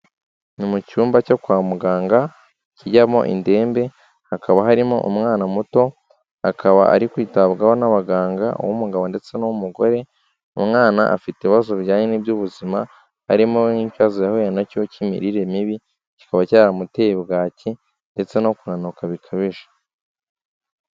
Ni mu cyumba cyo kwa muganga, kijyamo indembe, hakaba harimo umwana muto, akaba ari kwitabwaho n'abaganga uw'umugabo ndetse n'umugore, umwana afite ibibazo bijyanye n'iby'ubuzima, harimo n'ikibazo yahuye nacyo cy'imirire mibi, kikaba cyaramuteye bwaki, ndetse no kunanuka bikabije.